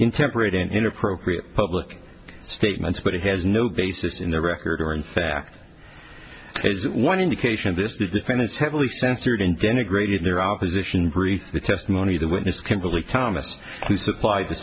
intemperate and inappropriate public statements but it has no basis in the record or in fact one indication this the defendants heavily censored in denigrate in their opposition brief the testimony the witness can believe thomas who supplied the